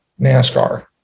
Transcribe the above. NASCAR